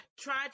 try